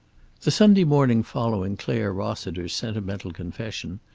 the sunday morning following clare rossiter's sentimental confession,